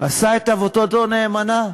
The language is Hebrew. עשה את עבודתו נאמנה,